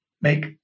make